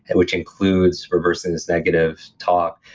and which includes reversing this negative talk,